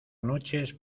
noches